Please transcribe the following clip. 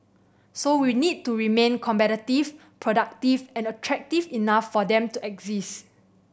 so we need to remain competitive productive and attractive enough for them to exist